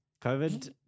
COVID